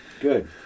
Good